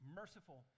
merciful